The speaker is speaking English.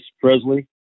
Presley